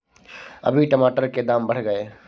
अभी टमाटर के दाम बढ़ गए